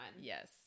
yes